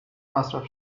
مصرف